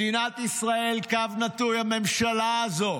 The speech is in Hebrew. מדינת ישראל / הממשלה הזו